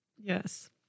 Yes